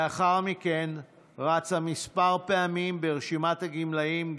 לאחר מכן רצה לכנסת כמה פעמים ברשימת הגמלאים גיל,